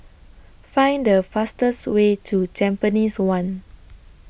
Find The fastest Way to Tampines one